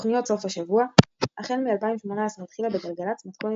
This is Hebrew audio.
תוכניות סוף השבוע החל מ-2018 התחילה בגלגלצ מתכונת